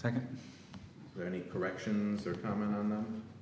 second any corrections or comment on them